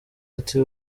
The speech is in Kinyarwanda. ati